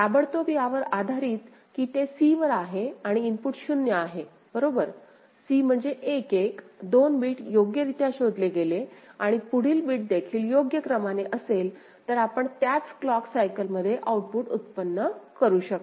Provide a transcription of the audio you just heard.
ताबडतोब यावर आधारित की ते c वर आहे आणि इनपुट 0 आहे बरोबर c म्हणजे 1 1 दोन बिट योग्यरित्या शोधले गेले आणि पुढील बिट देखील योग्य क्रमाने असेल तर आपण त्याच क्लॉक सायकल मध्ये आउटपुट व्युत्पन्न करू शकता